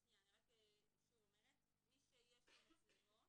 מי שיש לו מצלמות